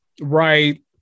Right